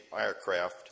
aircraft